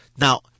Now